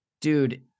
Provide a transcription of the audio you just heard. Dude